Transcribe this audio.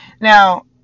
Now